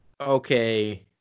okay